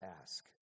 ask